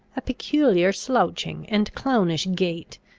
a peculiar slouching and clownish gait,